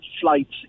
flights